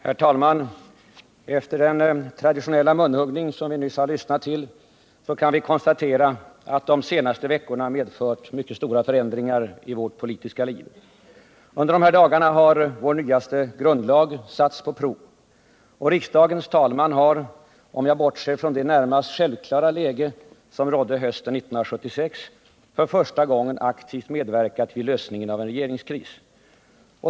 Herr talman! Efter den traditionella munhuggning vi nu har lyssnat till kan vi konstatera att de senaste veckorna har medfört stora förändringar i vårt politiska liv. Under dessa dagar har vår nyaste grundlag satts på prov. Och riksdagens talman har — om jag bortser från det närmast självklara läge som rådde hösten 1976 — för första gången aktivt medverkat vid lösningen av en regeringskris.